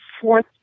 fourth